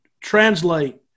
translate